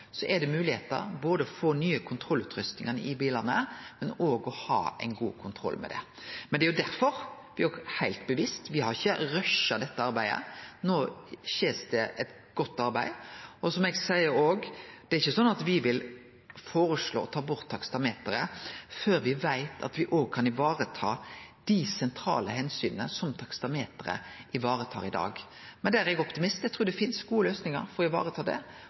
er det moglegheiter for både nye kontrollutrustingar i bilane og å ha ein god kontroll med det. Det er derfor me heilt bevisst ikkje har rusha dette arbeidet. No skjer det eit godt arbeid, og som eg òg seier, er det ikkje slik at me vil føreslå å ta bort taksameteret før me veit at me òg kan vareta dei sentrale omsyna som taksameteret varetar i dag. Men der er eg optimist, eg trur det finst gode løysingar for å vareta det